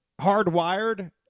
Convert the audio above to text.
hardwired